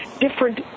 different